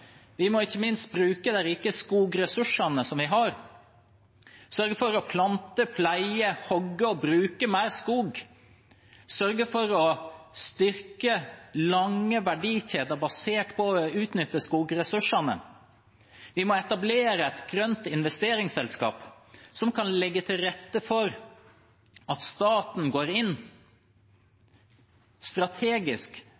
Vi må ikke minst bruke de rike skogressursene vi har, og sørge for å plante, pleie, hogge og bruke mer skog – sørge for å styrke lange verdikjeder basert på utnytting av skogressursene. Vi må etablere et grønt investeringsselskap som kan legge til rette for at staten går